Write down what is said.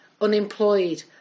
unemployed